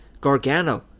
Gargano